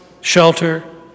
shelter